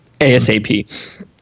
ASAP